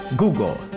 Google